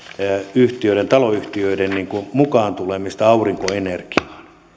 osakeyhtiöiden taloyhtiöiden mukaan tulemista aurinkoenergiaan